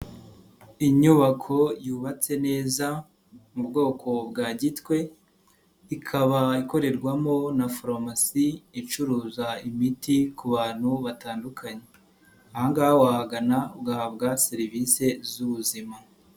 Inyubako yubatse neza mu bwoko bwa gitwe, ikaba ikorerwamo na farumasi icuruza imiti ku bantu batandukanye, aha ngaha wahagana ugahabwa serivise z'ubuzima.